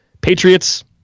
Patriots